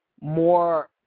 more